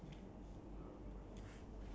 see if I got like enough time or not